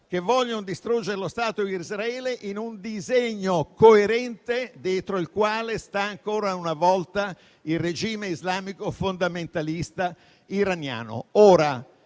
che vogliono distruggere lo Stato di Israele in un disegno coerente dietro il quale sta ancora una volta il regime islamico fondamentalista iraniano.